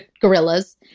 gorillas